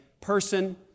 person